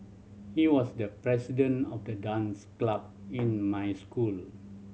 he was the president of the dance club in my school